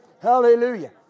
Hallelujah